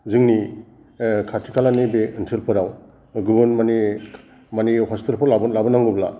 जोंनि खाथि खालानि बे ओनसोलफोराव गुबुन माने माने हस्पिाताल फोराव लाबो लाबोनांगौब्ला